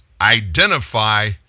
identify